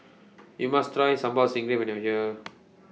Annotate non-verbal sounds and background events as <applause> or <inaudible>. YOU must Try Sambal Stingray when YOU Are here <noise>